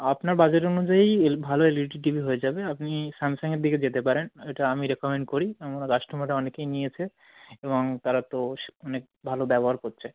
আপনার বাজেট অনুযায়ীই ভালো L E D T V হয়ে যাবে আপনি স্যামসাংয়ের দিকে যেতে পারেন এটা আমি রেকমেন্ড করি আমার কাস্টমাররা অনেকেই নিয়েছে এবং তারা তো অনেক ভালো ব্যবহার করছে